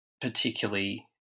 particularly